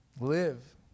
Live